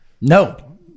No